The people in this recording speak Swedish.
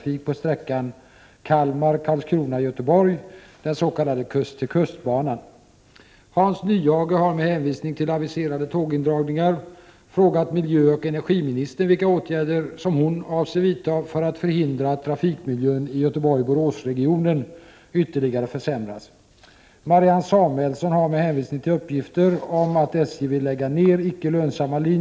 Frågorna har överlämnats till mig.